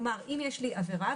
כלומר אם יש לי עבירה,